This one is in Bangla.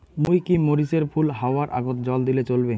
মুই কি মরিচ এর ফুল হাওয়ার আগত জল দিলে চলবে?